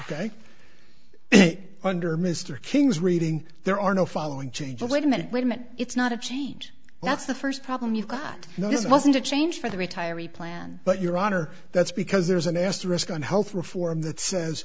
ok under mr king's reading there are no following change wait a minute wait a minute it's not a change that's the first problem you've got now this wasn't a change for the retiree plan but your honor that's because there's an asterisk on health reform that says